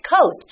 coast